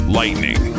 lightning